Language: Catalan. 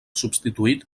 substituït